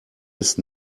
ist